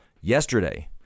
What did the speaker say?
Yesterday